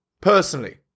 personally